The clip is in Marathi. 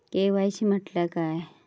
के.वाय.सी म्हटल्या काय?